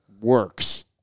works